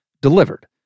delivered